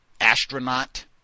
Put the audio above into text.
astronaut